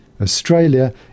Australia